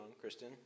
Kristen